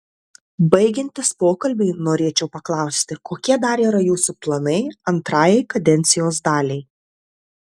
baigiantis pokalbiui norėčiau paklausti kokie dar yra jūsų planai antrajai kadencijos daliai